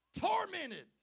tormented